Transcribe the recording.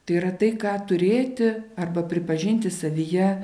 tai yra tai ką turėti arba pripažinti savyje